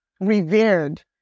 revered